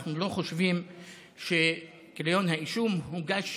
שאנחנו לא חושבים שגיליון האישום הוגש